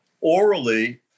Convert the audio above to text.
orally